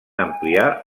ampliar